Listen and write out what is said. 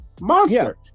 Monster